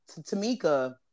Tamika